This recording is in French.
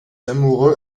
amoureux